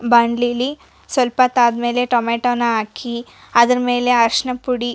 ಬಾಂಡ್ಲಿಲಿ ಸಲ್ಪತ್ತೊ ಆದ್ಮೇಲೆ ಟೊಮೆಟೊನ ಹಾಕಿ ಅದರ ಮೇಲೆ ಅರಿಶಿನದ ಪುಡಿ